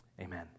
amen